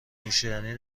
نوشیدنی